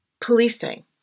policing